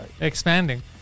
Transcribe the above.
expanding